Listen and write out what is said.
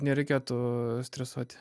nereikėtų stresuoti